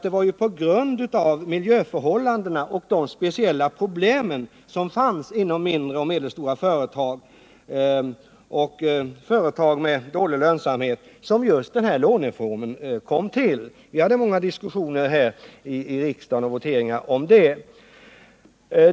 Det var ju på grund av miljöförhållandena och de speciella problem som fanns inom mindre och medelstora företag och företag med dålig lönsamhet som just den här låneformen kom till. Vi hade här i riksdagen många diskussioner och voteringar om det.